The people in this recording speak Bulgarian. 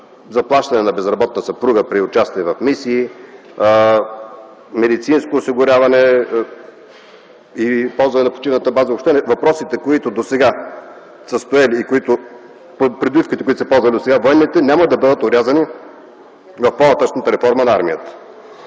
заплащане на безработна съпруга при участие в мисии, медицинско осигуряване и ползване на почивната база. Въпросите, които досега са стояли и придобивките, които са ползвали досега военните, няма да бъдат орязани в по-нататъшната реформа на армията.